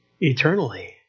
eternally